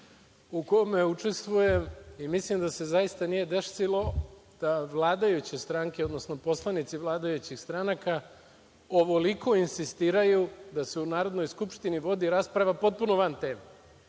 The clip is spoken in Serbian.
u kome učestvujem i mislim da se zaista nije desilo da vladajuće stranke, odnosno poslanici vladajućih stranaka ovoliko insistiraju da se u Narodnoj skupštini vodi rasprava potpuno van teme. Vi